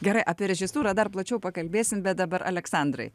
gerai apie režisūrą dar plačiau pakalbėsim bet dabar aleksandrai